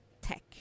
tech